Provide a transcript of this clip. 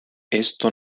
esto